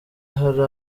hari